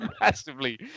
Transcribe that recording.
massively